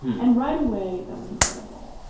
and right away, that was incredible.